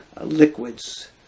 liquids